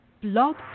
Blog